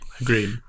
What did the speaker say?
Agreed